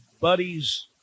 buddies